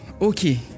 Okay